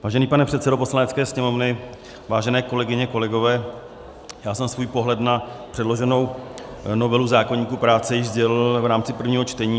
Vážený pane předsedo Poslanecké sněmovny, vážené kolegyně, kolegové, já jsem svůj pohled na předloženou novelu zákoníku práce již sdělil v rámci prvního čtení.